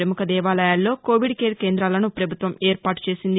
ప్రముఖ దేవాలయాల్లో Covid care కేందాలను ప్రభుత్వం ఏర్పాటు చేసింది